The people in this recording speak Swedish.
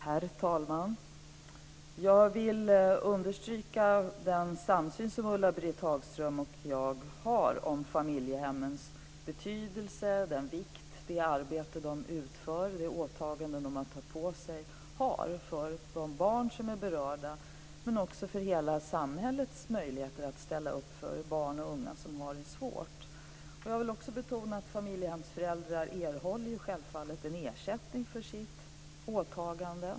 Herr talman! Jag vill understryka den samsyn som Ulla-Britt Hagström och jag har om familjehemmens betydelse och om vikten av det arbete som de utför och de åtaganden som de tagit på sig har för de barn som är berörda, men också för hela samhällets möjligheter att ställa upp för barn och unga som har det svårt. Jag vill också betona att familjehemsföräldrar självfallet erhåller en ersättning för sitt åtagande.